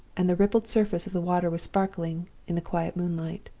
and the rippled surface of the water was sparkling in the quiet moonlight.